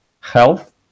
health